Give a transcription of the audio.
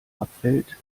abfällt